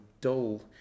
dull